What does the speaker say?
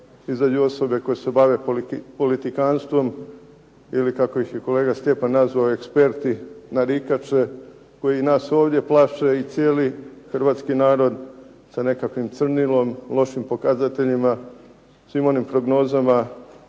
izađu osobe koje se bave politikanstvom, ili kako ih je kolega Stjepan nazvao eksperti narikače, koji nas ovdje plaše i cijeli hrvatski narod sa nekakvim crnilom, lošim pokazateljima, svim onim prognozama